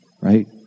right